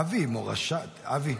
אבי,